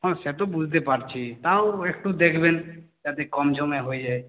হ্যাঁ সে তো বুঝতে পারছি তাও একটু দেখবেন যাতে কম সমে হয়ে যায়